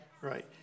Right